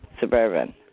suburban